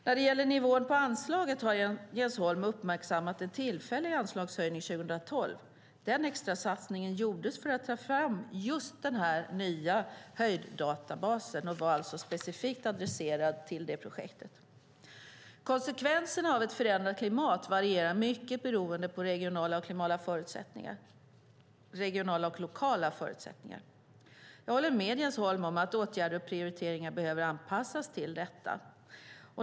När det gäller nivån på anslaget har Jens Holm uppmärksammat en tillfällig anslagshöjning 2012. Den extrasatsningen gjordes för att ta fram just den här nya höjddatabasen och var alltså specifikt adresserad till det projektet. Konsekvenserna av ett förändrat klimat varierar mycket beroende på regionala och lokala förutsättningar. Jag håller med Jens Holm om att åtgärder och prioriteringar behöver anpassas till dessa.